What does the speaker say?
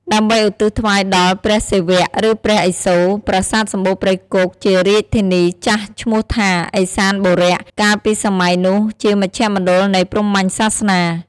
ដើម្បីឧទ្ទិសថ្វាយដល់ ព្រះសិវៈ ឬព្រះឥសូរ ប្រាសាទសំបូរព្រៃគុក ជារាជធានីចាស់ឈ្មោះថា ឥសានបុរៈ កាលពីសម័យនោះជាមជ្ឈមណ្ឌលនៃព្រាហ្មញ្ញសាសនា។